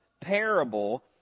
parable